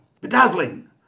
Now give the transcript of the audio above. Bedazzling